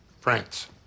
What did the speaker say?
France